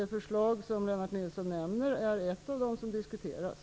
Det förslag Lennart Nilsson nämner är ett av dem som diskuteras.